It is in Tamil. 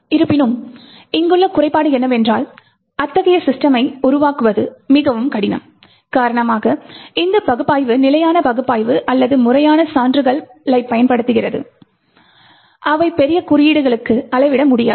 இருப்பினும் இங்குள்ள குறைபாடு என்னவென்றால் அத்தகைய சிஸ்டமை உருவாக்குவது மிகவும் கடினம் காரணம் இந்த பகுப்பாய்வு நிலையான பகுப்பாய்வு அல்லது முறையான சான்றுகளைப் பயன்படுத்துகிறது அவை பெரிய குறியீடுகளுக்கு அளவிட முடியாது